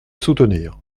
soutenir